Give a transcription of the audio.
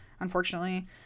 unfortunately